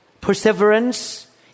perseverance